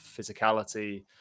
physicality